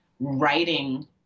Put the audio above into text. Writing